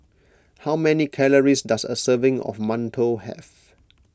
how many calories does a serving of Mantou have